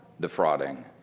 defrauding